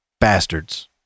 bastards